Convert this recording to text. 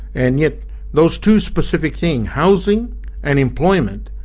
and yet those two specific things, housing and employment,